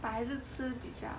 but 还是吃比较